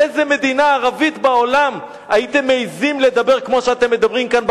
באיזו מדינה ערבית בעולם הייתם מעזים לדבר כמו שאתם מדברים כאן,